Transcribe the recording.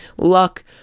luck